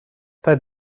fed